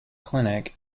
clinic